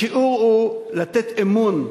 השיעור הוא לתת אמון,